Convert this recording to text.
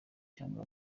cyangwa